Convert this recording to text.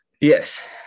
yes